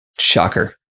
Shocker